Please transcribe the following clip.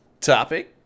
Topic